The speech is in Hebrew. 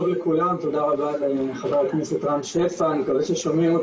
אז קודם כל מה שאני אציג פה